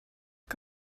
the